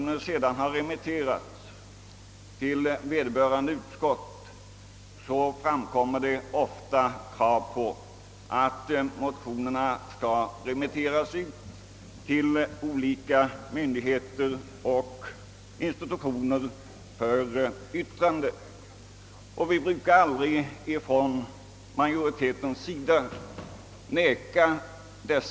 När sedan motionerna har hänvisats till vederbörande utskott, framkommer ofta krav på att de skall remitteras till olika myndigheter och institutioner för yttrande. Utskottsmajoriteten brukar heller aldrig motsätta sig sådana krav.